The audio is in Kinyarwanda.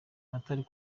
atari